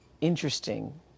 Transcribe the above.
interesting